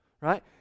right